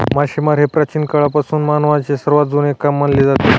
मासेमारी हे प्राचीन काळापासून मानवाचे सर्वात जुने काम मानले जाते